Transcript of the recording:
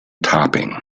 topping